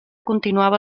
continuava